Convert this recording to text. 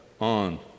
on